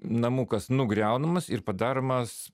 namukas nugriaunamas ir padaromas